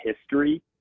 history